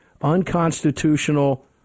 unconstitutional